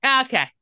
Okay